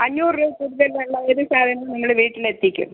അഞ്ഞൂറ് രുപയിൽ കൂടുതലുള്ള ഏത് സാധനവും നമ്മൾ വീട്ടിലെത്തിക്കും